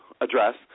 address